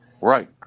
Right